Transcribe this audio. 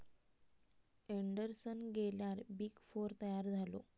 Anderson गेल्यार big four तयार झालो